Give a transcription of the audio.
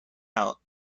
out